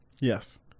Yes